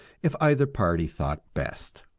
if either party thought best.